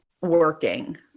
working